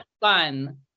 fun